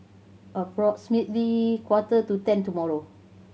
approximately quarter to ten tomorrow